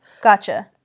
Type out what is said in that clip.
Gotcha